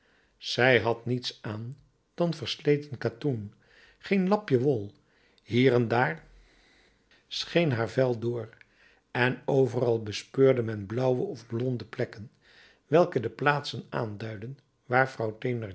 zij had niets aan dan versleten katoen geen lapje wol hier en daar scheen haar vel door en overal bespeurde men blauwe of blonde plekken welke de plaatsen aanduidden